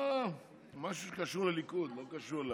לא, משהו שקשור לליכוד, לא קשור.